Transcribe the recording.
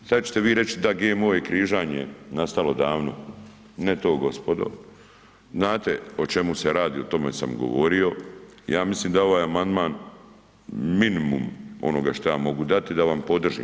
Sada ćete vi reći da GMO je križanje nastalo davno, ne to gospodo, znate o čemu se radi, o tome sam govorio, ja mislim da je ovaj amandman minimum onoga što ja mogu dati da vam podržim.